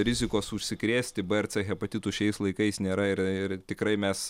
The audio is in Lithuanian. rizikos užsikrėsti b ir c hepatitu šiais laikais nėra ir ir tikrai mes